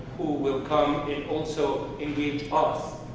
who will come and also engage us.